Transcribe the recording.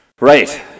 Right